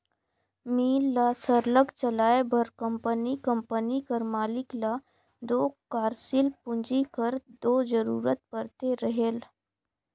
मील ल सरलग चलाए बर कंपनी कंपनी कर मालिक ल दो कारसील पूंजी कर दो जरूरत परते रहेल